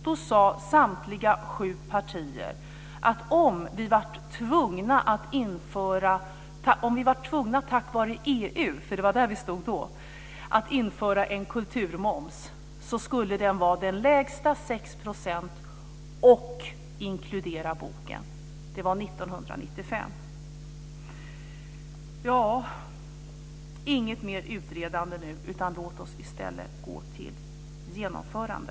Då sade samtliga sju partier att om vi var tvungna, tack vare EU, det var där vi stod då, att införa en kulturmoms, skulle den vara den lägsta, 6 %, och inkludera boken. Det var 1995. Inget mer utredande! Låt oss i stället gå till genomförande.